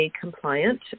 compliant